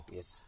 Yes